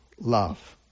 love